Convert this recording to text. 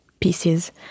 pieces